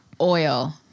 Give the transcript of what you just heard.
oil